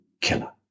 killer